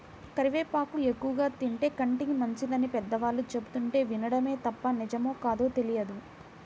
కరివేపాకు ఎక్కువగా తింటే కంటికి మంచిదని పెద్దవాళ్ళు చెబుతుంటే వినడమే తప్ప నిజమో కాదో తెలియదు